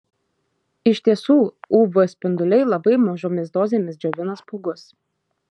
iš tiesų uv spinduliai labai mažomis dozėmis džiovina spuogus